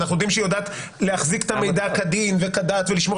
ואנחנו יודעים שהיא יודעת להחזיק את המידע כדין וכדת ולשמור